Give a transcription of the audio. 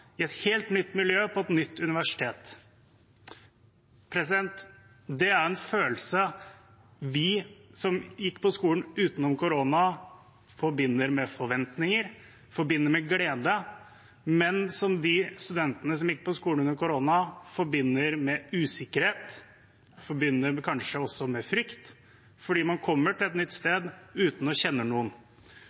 i et helt nytt miljø, på et nytt universitet. Det er en følelse vi som gikk på skolen utenom corona-pandemien, forbinder med forventninger og glede, men som de studentene som gikk på skolen under coronaen, forbinder med usikkerhet og kanskje også med frykt, fordi man kom til et nytt sted uten å kjenne noen.